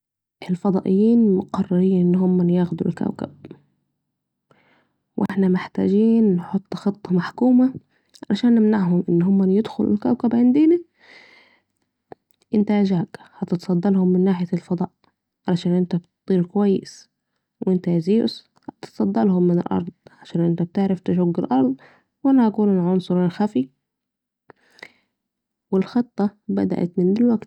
الفضائين مقررين ان هما ياخدوا الكوكب وأحنا محتاجين نحط خطه محكومه علشان نمنعهم انهم يدخلوا الكوكب عندينا ، أنت يا جاك هتتصدي لهم من نحية الفضاء علشان أنت بتطير بكويس ، و أنت يا زيوس هتتصدي لهم من الارض علشان أنت بتعرف تشق الارض وأنا هكون العنصر الخفي و الخطه بدأت من دلوقتي